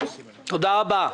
תודה רבה.